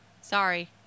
Sorry